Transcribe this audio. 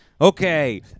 Okay